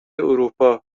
اروپا